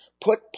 put